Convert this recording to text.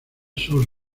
sur